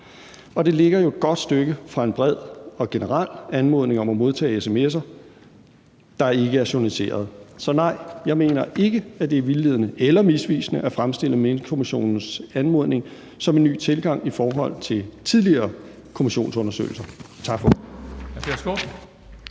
Det ligger jo et godt stykke fra en bred og generel anmodning om at modtage sms'er, der ikke er journaliserede. Så nej, jeg mener ikke, at det er vildledende eller misvisende at fremstille Minkkommissionens anmodning som en ny tilgang i forhold til tidligere kommissionsundersøgelser. Tak for